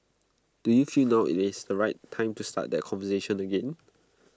do you feel now IT is the right time to start that conversation again